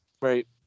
Right